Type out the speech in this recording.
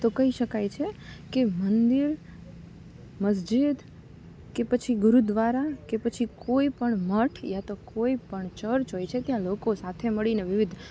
તો કહી શકાય છે કે મંદિર મસ્જિદ કે પછી ગુરુદ્વારા કે કોઈ પણ મઠ યા તો કોઈપણ ચર્ચ હોય છે ત્યાં લોકો સાથે મળીને વિવિધ